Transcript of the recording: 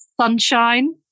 sunshine